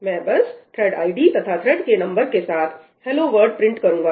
मैं बस thread ID तथा थ्रेड के नंबर के साथ हेलो वर्ल्ड'hello world' प्रिंट करूंगा